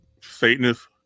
Satanist